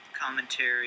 commentary